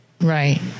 Right